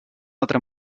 altra